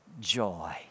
joy